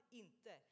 inte